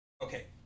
okay